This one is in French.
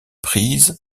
prise